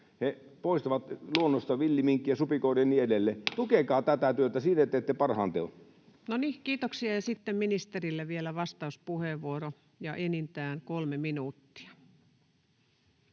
He poistavat luonnosta villiminkkejä ja supikoiria ja niin edelleen. Tukekaa tätä työtä. Siinä teette parhaan teon. No niin, kiitoksia. — Ja sitten ministerille vielä vastauspuheenvuoro, ja enintään kolme minuuttia.